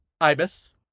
Ibis